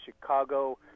Chicago